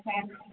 अच्छा अच्छा